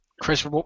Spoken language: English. Chris